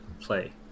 play